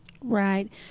Right